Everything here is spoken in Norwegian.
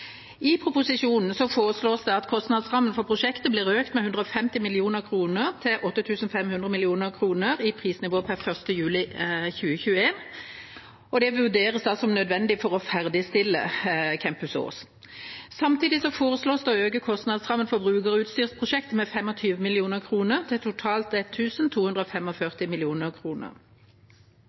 I proposisjonen foreslås det at kostnadsrammen for prosjektet blir økt med 150 mill. kr til 8 500 mill. kr. i prisnivå per 1. juli 2021, og det vurderes da som nødvendig for å ferdigstille Campus Ås. Samtidig foreslås det å øke kostnadsrammen for brukerutstyrsprosjektet med 25 mill. kr til totalt